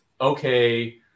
okay